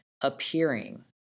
appearing